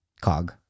Cog